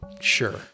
Sure